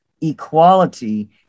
equality